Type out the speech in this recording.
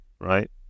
right